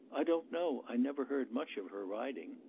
i don't know. i never heard much of her riding.